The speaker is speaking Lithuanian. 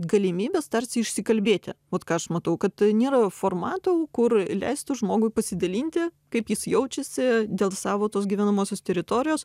galimybės tarsi išsikalbėti vat ką aš matau kad nėra formato kur leistų žmogui pasidalinti kaip jis jaučiasi dėl savo tos gyvenamosios teritorijos